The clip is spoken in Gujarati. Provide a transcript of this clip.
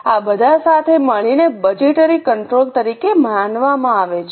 આ બધા સાથે મળીને બજેટરી કંટ્રોલ તરીકે માનવામાં આવે છે